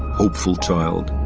hopeful child.